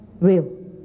real